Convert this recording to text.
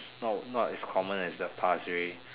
not as common as the past already